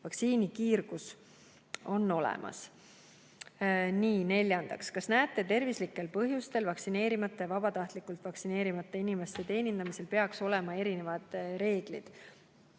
vaktsiinikiirgus on olemas. Neljandaks: "Kas näete, et tervislikel põhjustel vaktsineerimata ja vabatahtlikult vaktsineerimata inimeste teenindamisel peaks olema erinevad reeglid?"